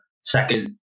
second